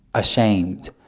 ashamed,